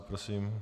Prosím.